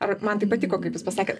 ar man tai patiko kaip jūs pasakėt